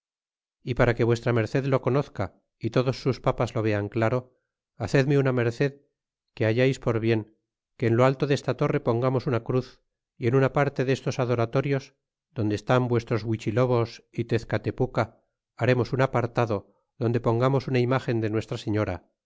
y para que v m lo conozca y todos sus papas lo vean claro hacedme una merced que hayais por bien que en lo alto desta torre pongamos una cruz y en una parte destos adoratorios donde estan vuestros fluichilobos y tezcatepuca haremos un apartado donde pongamos una imagen de nuestra señora